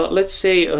but let's say, ah